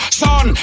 son